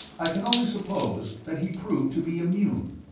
i can only suppose that he proved to be immune.